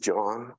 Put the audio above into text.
John